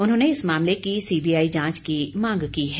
उन्होंने इस मामले की सीबीआई जांच की मांग की है